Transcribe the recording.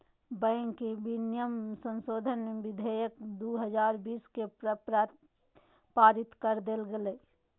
bank विनियमन संशोधन विधेयक दू हजार बीस के पारित कर देल गेलय